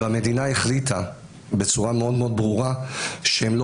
והמדינה החליטה בצורה מאוד מאוד ברורה שהם לא